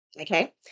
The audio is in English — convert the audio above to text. Okay